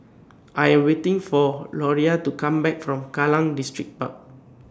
I Am waiting For Loria to Come Back from Kallang Distripark